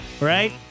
right